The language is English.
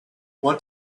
want